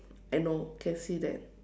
I know can see that